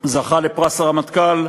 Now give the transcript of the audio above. זכה בפרס הרמטכ"ל,